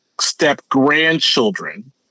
step-grandchildren